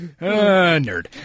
nerd